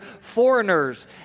foreigners